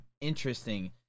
interesting